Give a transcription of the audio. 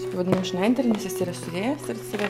aš jį pavadinau švendrinis jis yra siuvėjas ir jis yra